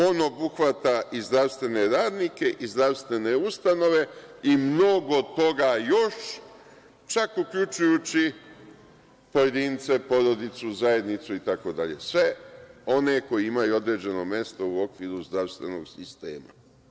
On obuhvata i zdravstvene radnike i zdravstvene ustanove i mnogo toga još, čak uključujući pojedince, porodicu, zajednicu itd, sve one koji imaju određeno mesto u okviru zdravstvenom sistemu.